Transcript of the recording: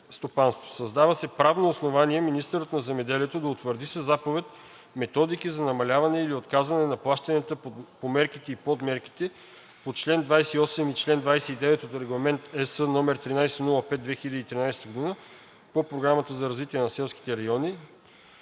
Създава се правно основание министърът на земеделието да утвърди със заповед методики за намаляване или отказване на плащания по мерките и подмерките по чл. 28 и 29 от Регламент (ЕС) № 1305/2013 по Програмата за развитие на селските райони